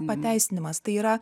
pateisinimas tai yra